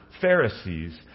Pharisees